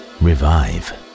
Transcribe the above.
revive